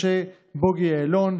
משה בוגי יעלון,